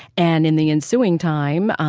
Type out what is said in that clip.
and in the ensuing time,